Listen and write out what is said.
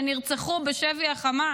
שנרצחו בשבי חמאס,